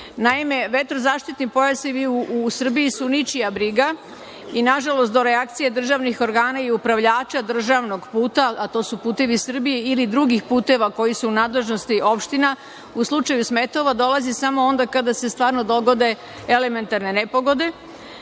vetrozaštitni pojasevi u Srbiji su ničija briga i nažalost do reakcije državnih organa i upravljača državnog puta, a to su „Putevi Srbije“ ili drugih puteva koji su nadležnosti opština u slučaju smetova dolazi samo onda kada se stvarno dogode elementarne nepogode.